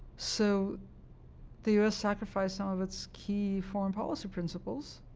so the u s. sacrificed some of its key foreign policy principles